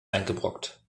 eingebrockt